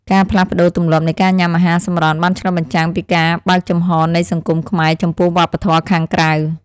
ការផ្លាស់ប្តូរទម្លាប់នៃការញ៉ាំអាហារសម្រន់បានឆ្លុះបញ្ចាំងពីការបើកចំហនៃសង្គមខ្មែរចំពោះវប្បធម៌ខាងក្រៅ។